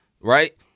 Right